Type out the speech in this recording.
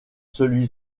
celui